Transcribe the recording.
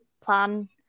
plan